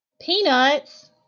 Peanuts